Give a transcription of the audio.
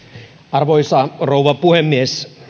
arvoisa rouva puhemies